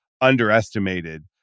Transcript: underestimated